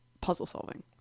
puzzle-solving